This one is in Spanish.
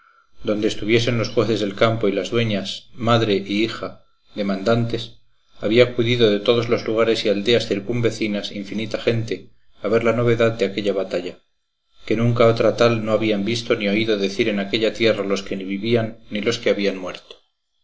donde estuviesen los jueces del campo y las dueñas madre y hija demandantes había acudido de todos los lugares y aldeas circunvecinas infinita gente a ver la novedad de aquella batalla que nunca otra tal no habían visto ni oído decir en aquella tierra los que vivían ni los que habían muerto